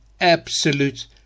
absolute